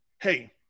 Hey